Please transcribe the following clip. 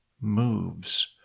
moves